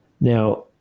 Now